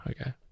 Okay